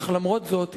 אך למרות זאת,